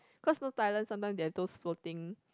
cause know Thailand sometimes they have those floating